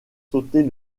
sauter